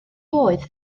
oedd